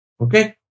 Okay